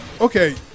Okay